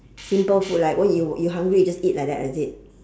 simple food like what you you hungry you just eat like that is it